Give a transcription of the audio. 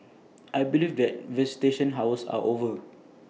I believe that visitation hours are over